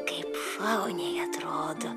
kaip šauniai atrodo